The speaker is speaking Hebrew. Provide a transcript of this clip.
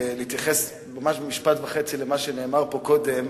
להתייחס ממש במשפט וחצי למה שנאמר פה קודם.